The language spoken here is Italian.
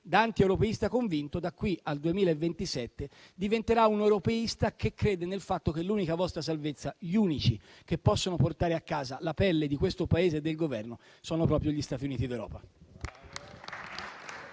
da antieuropeista convinto, da qui al 2027 diventerà un europeista che crede nel fatto che l'unica vostra salvezza e gli unici che possono portare a casa la pelle di questo Paese e del Governo sono proprio gli Stati Uniti d'Europa.